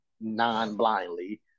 non-blindly